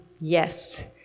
yes